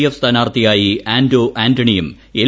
F സ്ഥാനാർത്ഥിയായി ആന്റോ ആന്റണിയും L